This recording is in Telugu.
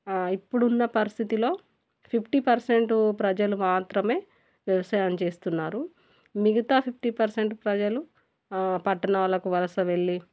ఇప్పుడున్న పరిస్థితిలో ఫిఫ్టీ పర్సెంట్ ప్రజలు మాత్రమే వ్యవసాయం చేస్తున్నారు మిగతా ఫిఫ్టీ పర్సెంట్ ప్రజలు పట్టణాలకు వలస వెళ్ళి